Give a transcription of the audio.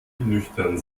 nüchtern